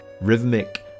rhythmic